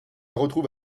retrouve